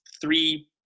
three